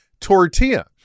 tortilla